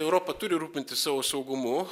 europa turi rūpintis savo saugumu